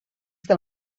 del